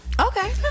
okay